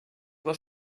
vols